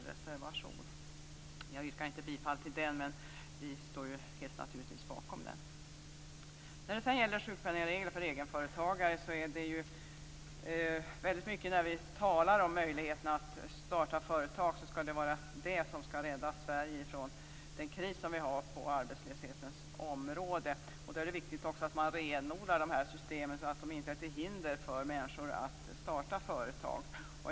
Jag yrkar inte bifall till den reservationen men naturligtvis står vi bakom den. Sedan gäller det sjukpenningreglerna för egenföretagare. Ofta när vi talar om möjligheterna att starta företag är det ju det som skall rädda Sverige från den kris som vi har på arbetslöshetens område. Då är det viktigt att också renodla systemen så att de inte är till hinder för människor som vill starta företag.